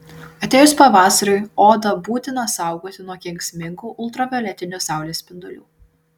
atėjus pavasariui odą būtina saugoti nuo kenksmingų ultravioletinių saulės spindulių